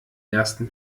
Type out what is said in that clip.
ersten